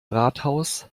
rathaus